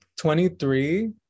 23